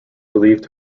believed